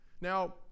Now